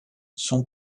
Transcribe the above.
son